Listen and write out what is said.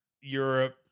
Europe